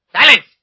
Silence